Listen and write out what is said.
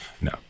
no